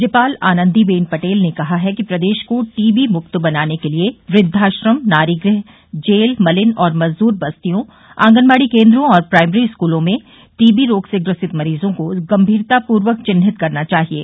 राज्यपाल आनन्दीबेन पटेल ने कहा है कि प्रदेश को टीबी मुक्त बनाने के लिये वृद्वाश्रम नारी गृह जेल मलिन और मजदूर बस्तियों आंगनबाड़ी केन्दों और प्राइमरी स्कूलों में टीबी रोग से ग्रसित मरीजों को गंमीरतापूर्वक चिन्हित करना चाहिये